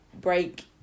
break